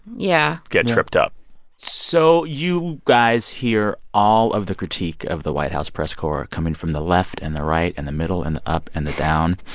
yeah. get tripped up so you guys hear all of the critique of the white house press corps coming from the left and the right and the middle and the up and the down.